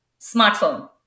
Smartphone